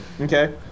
Okay